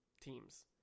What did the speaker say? teams